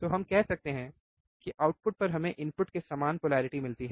तो हम कह सकते हैं की आउटपुट पर हमें इनपुट के समान पोलैरिटी मिलती है